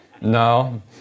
No